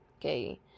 Okay